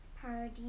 party